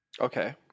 Okay